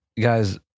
guys